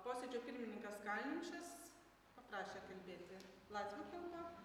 posėdžio pirmininkas kalninšas paprašė kalbėti latvių kalba